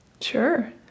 Sure